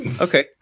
Okay